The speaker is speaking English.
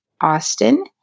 Austin